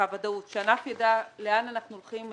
הענף ידע לאן אנחנו הולכים לתקופה,